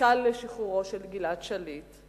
עסקה לשחרורו של גלעד שליט.